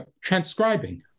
transcribing